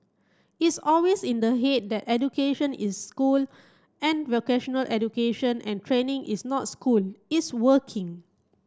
it's always in the head that education is school and vocational education and training is not school it's working